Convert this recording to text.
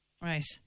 Right